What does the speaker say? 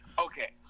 Okay